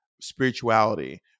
spirituality